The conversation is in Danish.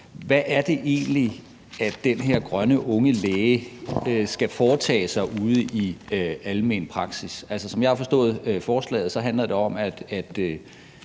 hvad er det egentlig, den her grønne unge læge skal foretage sig ude i almen praksis? Altså, som jeg har forstået forslaget, handler det om, at